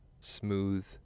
smooth